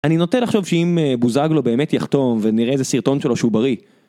אני נוטה לחשוב שאם בוזגלו באמת יחתום, ונראה איזה סרטון שלו שהוא בריא.